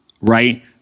Right